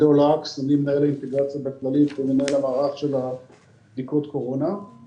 אני מנהל מערך בדיקות הקורונה בשירותי בריאות כללית.